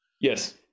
yes